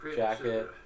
jacket